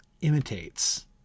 imitates